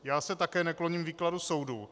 Já se také nekloním k výkladu soudu.